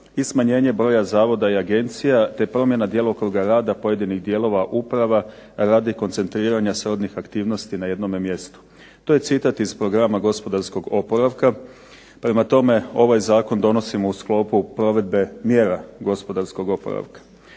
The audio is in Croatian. smanjenje broja zavoda i agencija te promjena djelokruga rada pojedinih dijelova uprava radi koncentriranja srodnih aktivnosti na jednom mjestu. To je citat iz Programa gospodarskog oporavka. Prema tome, ovaj zakon donosimo u sklopu provedbe mjera gospodarskog oporavka.